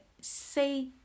Say